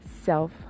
self